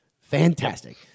Fantastic